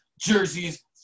jerseys